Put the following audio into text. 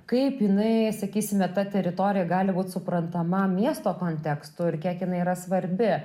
kaip jinai sakysime ta teritorija gali būti suprantama miesto kontekstu ir kiek jinai yra svarbi